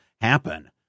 happen